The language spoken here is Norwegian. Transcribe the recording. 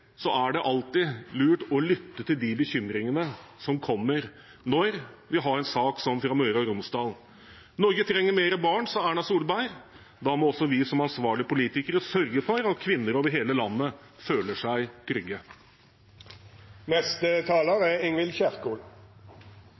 er det alltid lurt å lytte til de bekymringene som kommer når vi har en sak som den fra Møre og Romsdal. Norge trenger flere barn, sa Erna Solberg. Da må også vi som ansvarlige politikere sørge for at kvinner over hele landet føler seg